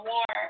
War